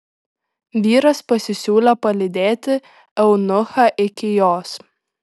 vyras pasisiūlė palydėti eunuchą iki jos